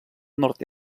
nord